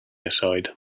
aside